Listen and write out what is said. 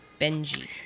Benji